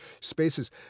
spaces